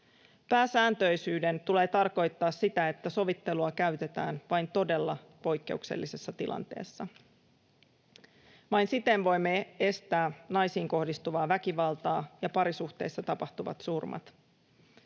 Pääsääntöisyyden tulee tarkoittaa sitä, että sovittelua käytetään vain todella poikkeuksellisessa tilanteessa. Vain siten voimme estää naisiin kohdistuvaa väkivaltaa ja parisuhteessa tapahtuvat surmat.